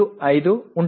355 ఉంటుంది